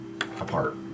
apart